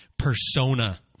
persona